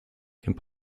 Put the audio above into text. pass